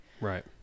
Right